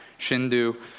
Shindu